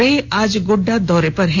वे आज गोड्डा दौरे पर हैं